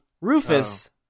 Rufus